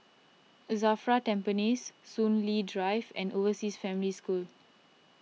Safra Tampines Soon Lee Drive and Overseas Family School